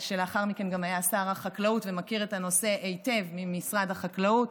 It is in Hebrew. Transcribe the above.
שלאחר מכן גם היה שר החקלאות ומכיר את הנושא היטב ממשרד החקלאות,